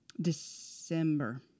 December